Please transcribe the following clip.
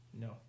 No